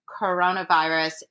Coronavirus